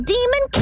Demon